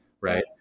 right